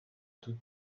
toute